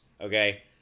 Okay